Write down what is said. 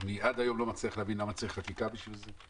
עד היום אני לא מצליח להבין למה צריך חקיקה בשביל זה,